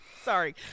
sorry